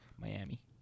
Miami